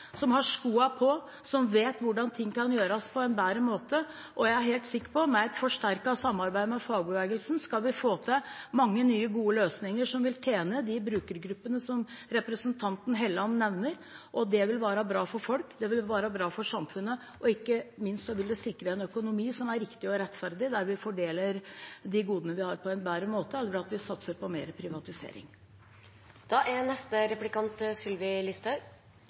som har skoene på og vet hvordan ting kan gjøres på en bedre måte. Jeg er helt sikker på at med et forsterket samarbeid med fagbevegelsen skal vi få til mange nye gode løsninger som vil tjene de brukergruppene som representanten Helleland nevner. Det vil være bra for folk, det vil være bra for samfunnet, og ikke minst vil det sikre en økonomi som er riktig og rettferdig, der vi fordeler de godene vi har, på en bedre måte enn at vi satser på